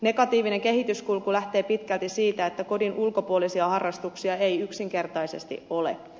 negatiivinen kehityskulku lähtee pitkälti siitä että kodin ulkopuolisia harrastuksia ei yksinkertaisesti ole